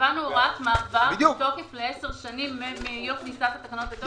קבענו הוראת מעבר בתוקף לעשר שנים מיום כניסת התקנות לתוקף.